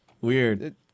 Weird